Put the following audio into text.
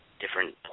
different